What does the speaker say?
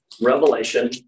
Revelation